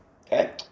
Okay